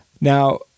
Now